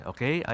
Okay